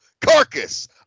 carcass